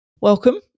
Welcome